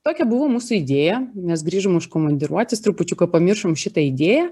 tokia buvo mūsų idėja mes grįžom iš komandiruotės trupučiuką pamiršom šitą idėją